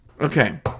Okay